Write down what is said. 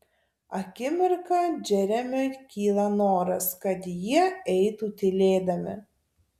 akimirką džeremiui kyla noras kad jie eitų tylėdami